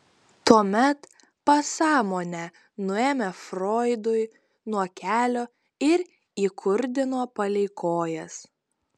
tuomet pasąmonę nuėmė froidui nuo kelio ir įkurdino palei kojas